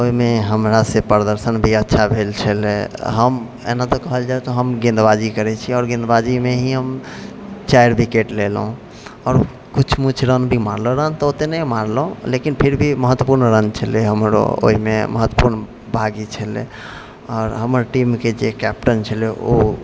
ओहिमे हमरासँ प्रदर्शन भी अच्छा भेल छलै हम एहिना तऽ कहल जाइ तऽ हम गेन्दबाजी करै छिए आओर गेन्दबाजीमे ही हम चारि विकेट लेलहुँ आओर किछु मिछु रन भी मारलहुँ तऽ ओतेक नहि मारलहुँ लेकिन फिर भी महत्वपूर्ण रन छलै हँ हमरो ओहिमे महत्वपूर्ण भागी छलै आओर हमर टीमके जे कैप्टन छलै ओ